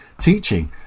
teaching